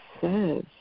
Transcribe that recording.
says